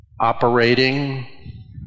operating